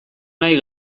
nahi